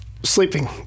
Sleeping